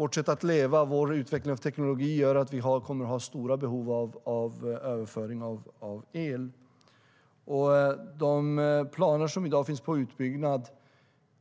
vårt sätt att leva och vår utveckling av teknologi i Sverige och i Europa gör att vi kommer att ha stora behov av överföring av el.De planer för utbyggnad som finns i dag